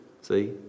See